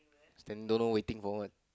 still don't know waiting for what